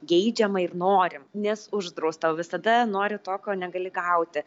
geidžiama ir norim nes uždrausta o visada nori to ko negali gauti